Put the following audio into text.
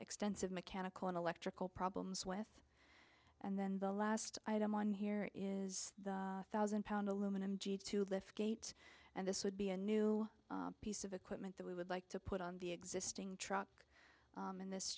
extensive mechanical and electrical problems with and then the last item on here is the thousand pound aluminum to lift gates and this would be a new piece of equipment that we would like to put on the existing truck and this